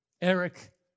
Eric